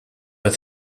but